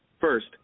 First